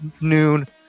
noon